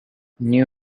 new